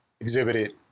exhibited